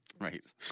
right